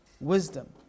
wisdom